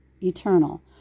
eternal